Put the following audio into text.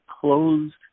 closed